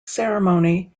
ceremony